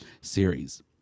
series